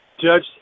judge